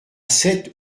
sept